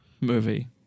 movie